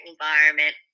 environment